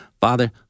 Father